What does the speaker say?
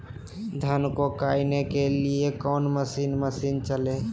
धन को कायने के लिए कौन मसीन मशीन चले?